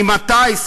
ממתי,